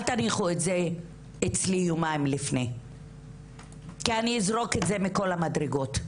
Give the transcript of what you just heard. אל תניחו את זה אצלי יומיים לפני כי אני אזרוק את זה מכל המדרגות,